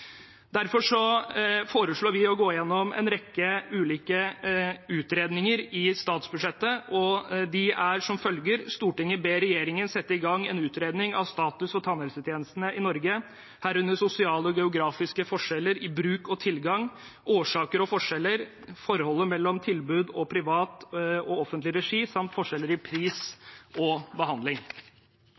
foreslår vi å gå gjennom en rekke ulike utredninger i statsbudsjettet, og de er som følger: «Stortinget ber regjeringen sette i gang en utredning av status for tannhelsetjenestene i Norge, herunder sosiale og geografiske forskjeller i bruk og tilgang, årsaker til forskjeller, forholdet mellom tilbud i privat og offentlig regi, samt forskjeller i priser og behandling».